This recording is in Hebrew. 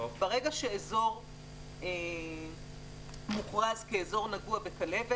ברגע שאזור מוכרז כאזור נגוע בכלבת